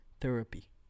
therapy